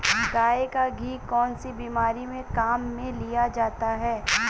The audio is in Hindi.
गाय का घी कौनसी बीमारी में काम में लिया जाता है?